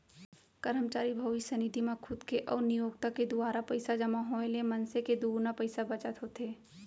करमचारी भविस्य निधि म खुद के अउ नियोक्ता के दुवारा पइसा जमा होए ले मनसे के दुगुना पइसा बचत होथे